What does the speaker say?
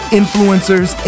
influencers